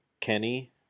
Kenny